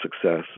success